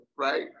Right